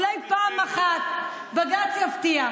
אולי פעם אחת בג"ץ יפתיע.